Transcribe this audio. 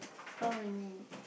four only